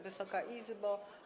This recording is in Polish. Wysoka Izbo!